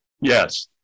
Yes